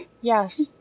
Yes